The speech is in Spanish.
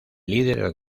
líder